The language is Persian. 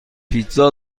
پیتزا